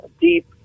deep